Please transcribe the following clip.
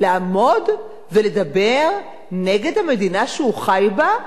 לעמוד ולדבר נגד המדינה שהוא חי בה?